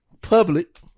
public